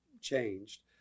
changed